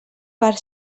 per